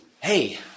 Hey